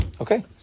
Okay